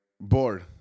bored